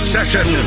Session